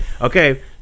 okay